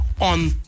On